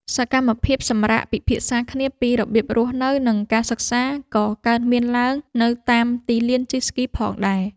សកម្មភាពសម្រាកពិភាក្សាគ្នាពីរបៀបរស់នៅ និងការសិក្សា ក៏កើតមានឡើងនៅតាមទីលានជិះស្គីផងដែរ។